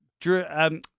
Drew